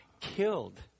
killed